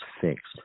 fixed